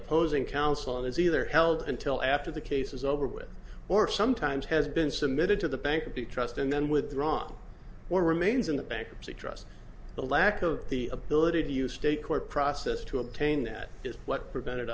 opposing counsel is either held until after the case is over with or sometimes has been submitted to the bank the trust and then withdrawn or remains in the bankruptcy trust the lack of the ability to use state court process to obtain that is what prevented